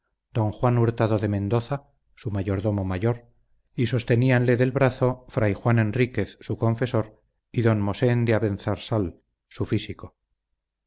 don juan hurtado de mendoza su mayordomo mayor y sosteníanle del brazo fray juan enríquez su confesor y don mosén de abenzarsal su físico